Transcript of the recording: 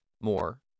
more